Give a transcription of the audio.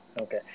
Okay